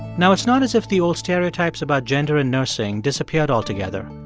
now, it's not as if the old stereotypes about gender and nursing disappeared altogether.